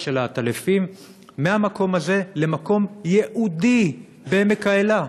של העטלפים מהמקום הזה למקום ייעודי בעמק-האלה.